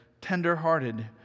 tender-hearted